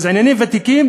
אז ענייני ותיקים?